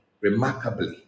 remarkably